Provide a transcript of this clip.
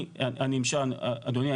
אדוני,